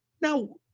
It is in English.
now